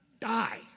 die